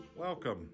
Welcome